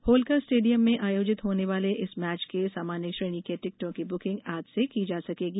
Holkar stadium में आयोजित होने वाले इस मैच के सामान्य श्रेणी के टिकटों की बुकिंग आज से की जा सकेगी